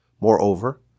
Moreover